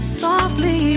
softly